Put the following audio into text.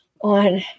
on